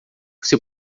você